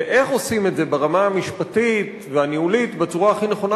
ואיך עושים את זה ברמה המשפטית והניהולית בצורה הכי נכונה,